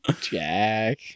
Jack